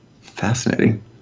fascinating